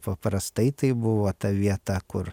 paprastai tai buvo ta vieta kur